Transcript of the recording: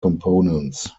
components